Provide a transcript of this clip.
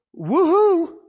Woohoo